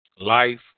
Life